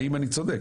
האם אני צודק?